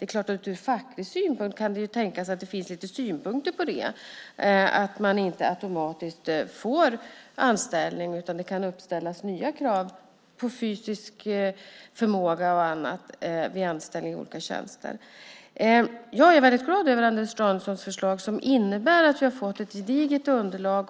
lust. Ur facklig synpunkt kan det tänkas att det finns synpunkter på att man inte automatiskt får anställning utan att det kan uppställas nya krav på fysisk förmåga och annat vid anställning i olika tjänster. Jag är glad över Anders Danielssons förslag som innebär att vi har fått ett gediget underlag.